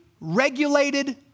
regulated